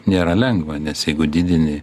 nėra lengva nes jeigu didini